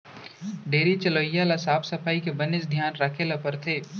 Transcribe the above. dairy चलवइया ल साफ सफई के बनेच धियान राखे ल परथे